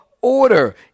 order